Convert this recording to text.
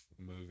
movie